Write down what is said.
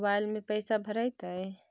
Mobile में पैसा भरैतैय?